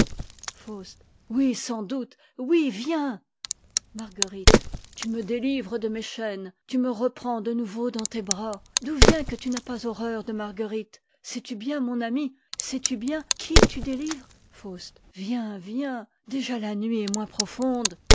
toi oui sans doute oui viens tu me délivres de mes chaînes tu me reprends de nouveau dans tes bras d'où vient que tu n'as pas horreur de marguerite sais-tu bien mon ami sais-tu bien qui tu délivres faust a viens viens déjà la nuit est moins profonde